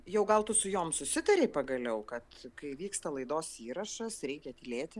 jau gal tu su jom susitarei pagaliau kad kai vyksta laidos įrašas reikia tylėti